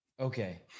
Okay